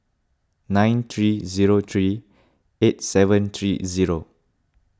nine three zero three eight seven three zero